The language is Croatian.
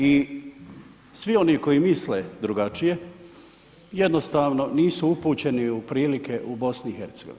I svi oni koji misle drugačije jednostavno nisu upućeni u prilike u BiH.